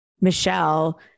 Michelle